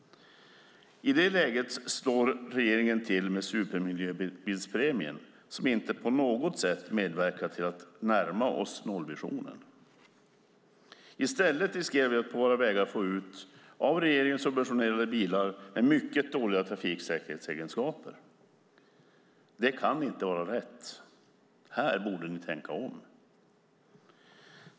I det läget slår regeringen till med supermiljöbilspremien som inte på något sätt medverkar till att vi närmar oss nollvisionen. I stället riskerar vi att på våra vägar få av regeringen subventionerade bilar med mycket dåliga trafiksäkerhetsegenskaper. Det kan inte vara rätt. Här borde regeringen tänka om.